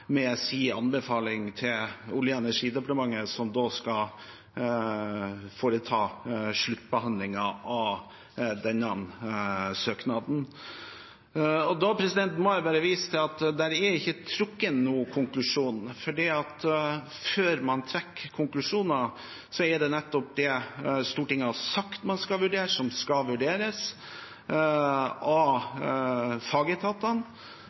Olje- og energidepartementet, som da skal foreta sluttbehandlingen av denne søknaden. Og da må jeg bare vise til at det er ikke trukket noen konklusjon, for før man trekker konklusjoner, er det nettopp det Stortinget har sagt man skal vurdere, som skal vurderes av fagetatene.